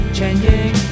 Changing